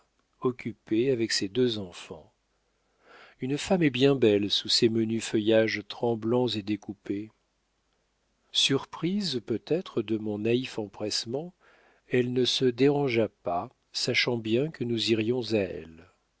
occupée avec ses deux enfants une femme est bien belle sous ces menus feuillages tremblants et découpés surprise peut-être de mon naïf empressement elle ne se dérangea pas sachant bien que nous irions à elle